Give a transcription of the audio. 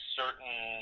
certain